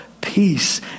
peace